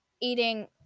eating